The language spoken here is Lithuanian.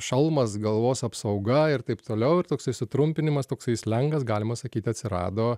šalmas galvos apsauga ir taip toliau ir toksai sutrumpinimas toksai slengas galima sakyt atsirado